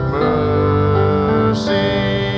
mercy